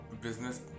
business